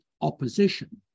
opposition